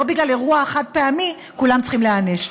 בגלל אירוע חד-פעמי, לא כולם צריכים להיענש.